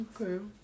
okay